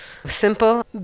Simple